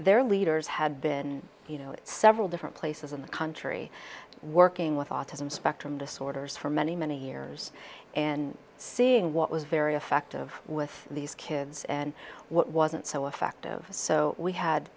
their leaders had been you know several different places in the country working with autism spectrum disorders for many many years and seeing what was very effective with these kids and what wasn't so effective so we had